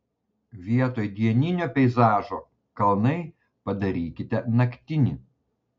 vietoj dieninio peizažo kalnai padarykite naktinį